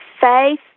faith